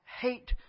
hate